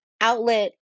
outlet